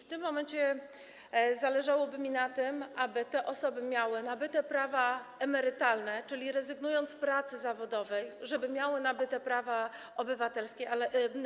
W tym momencie zależałoby mi na tym, aby te osoby miały nabyte prawa emerytalne, czyli rezygnując z pracy zawodowej, żeby miały nabyte prawa